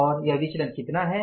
और यह विचलन कितना है